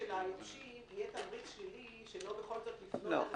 אנחנו לא רוצים שליורשים יהיה תמריץ שלילי שלא בכל זאת לפנות.